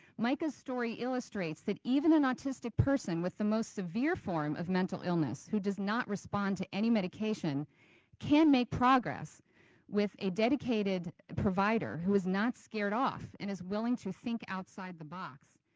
mica's story illustrates that even an autistic person with the most severe form of mental illness who does not respond to any medication can make progress with a dedicated provider who is not scared off and is willing to think outside the box,